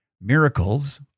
Miracles